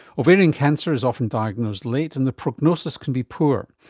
ovarian cancer is often diagnosed late and the prognosis can be poor,